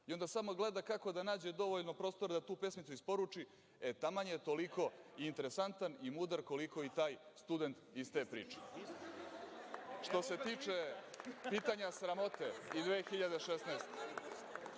i onda samo gleda kako da nađe dovoljno prostora da tu pesmicu isporuči – jer taman je toliko interesantan i mudar koliko i taj student iz te priče. Što se tiče pitanja sramote i 2016.